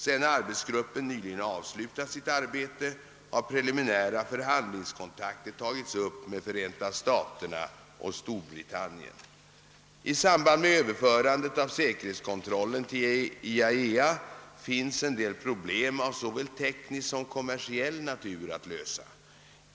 Sedan arbetsgruppen nyligen avslutat sitt arbete har preliminära förhandlingskontakter tagits upp med Förenta staterna och Storbritannien. I samband med överförandet av säkerhetskontrollen till IAEA finns en del problem av såväl teknisk som kommersiell natur att lösa.